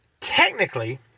technically